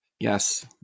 Yes